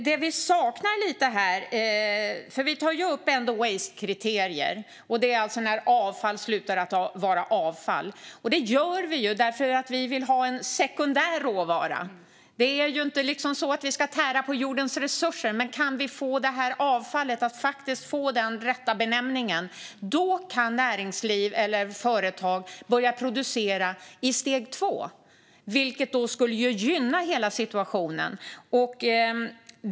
Det vi saknar här är end of waste-kriterierna, alltså när avfall slutar vara avfall. Vi tar upp dem för att vi vill ha en sekundär råvara. Vi ska inte tära på jordens resurser, men om vi kan få det här avfallet att få den rätta benämningen kan näringsliv eller företag börja producera i steg två. Det skulle gynna hela situationen.